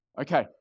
Okay